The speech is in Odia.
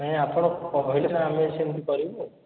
ନାଇଁ ଆପଣ କହିଲେ ସିନା ଆମେ ସେମିତି କରିବୁ